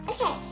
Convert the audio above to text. Okay